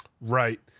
right